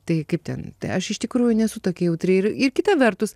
tai kaip ten aš iš tikrųjų nesu tokia jautri ir ir kita vertus